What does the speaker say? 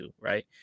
Right